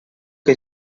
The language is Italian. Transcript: che